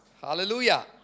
Hallelujah